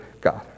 God